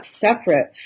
separate